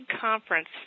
conference